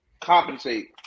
compensate